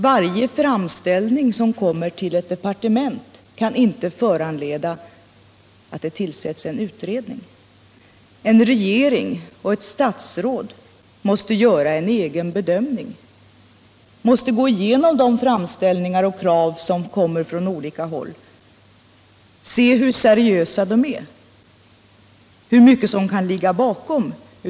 Varje framställning som kommer till ett departement kan inte föranleda att det tillsätts en utredning. En regering och ett statsråd måste göra en egen bedömning och gå igenom de framställningar och krav som kommer från olika håll för att se hur seriösa de är och hur mycket fakta som ligger bakom dem.